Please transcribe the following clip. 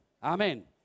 Amen